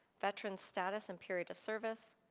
veteran status and period of service,